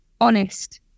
honest